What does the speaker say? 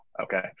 okay